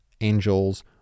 angels